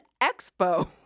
Expo